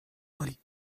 عالی